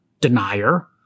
denier